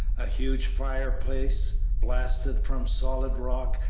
a huge fireplace, blasted from solid rock,